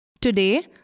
Today